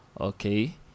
Okay